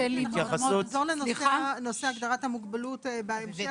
נחזור לנושא הגדרת המוגבלות בהמשך,